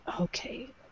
okay